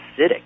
acidic